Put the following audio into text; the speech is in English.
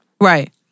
Right